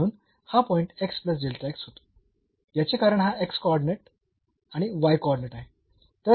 म्हणून हा पॉईंट होतो याचे कारण हा कॉर्डिनेट आणि कॉर्डिनेट आहे